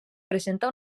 presenta